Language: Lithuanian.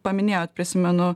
paminėjot prisimenu